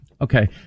Okay